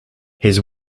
his